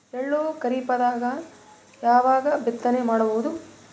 ಎಳ್ಳು ಖರೀಪದಾಗ ಯಾವಗ ಬಿತ್ತನೆ ಮಾಡಬಹುದು?